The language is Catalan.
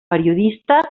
periodista